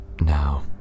Now